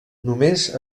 només